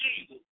Jesus